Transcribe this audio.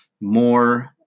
more